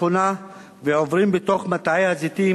כשמסתובבים ברחבי הארץ ובמיוחד בצפונה ועוברים בתוך מטעי הזיתים,